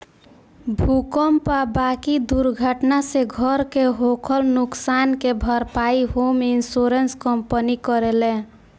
भूकंप आ बाकी दुर्घटना से घर के होखल नुकसान के भारपाई होम इंश्योरेंस कंपनी करेले